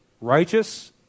righteous